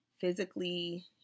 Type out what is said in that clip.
physically